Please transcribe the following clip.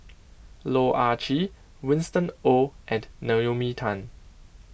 Loh Ah Chee Winston Oh and Naomi Tan